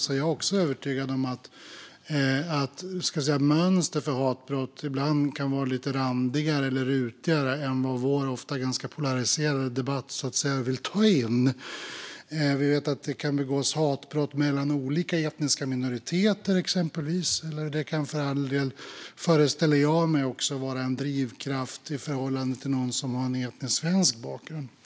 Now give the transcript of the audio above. Jag är också övertygad om att mönstret när det gäller hatbrott ibland kan vara lite randigare eller rutigare än vad vår ofta ganska polariserade debatt vill ta in. Vi vet att det kan begås hatbrott exempelvis mellan olika etniska minoriteter. Det kan också, föreställer jag mig, vara en drivkraft i förhållande till någon som har en etnisk svensk bakgrund.